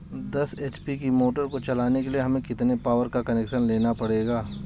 दस एच.पी की मोटर को चलाने के लिए हमें कितने पावर का कनेक्शन लेना पड़ेगा?